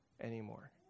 anymore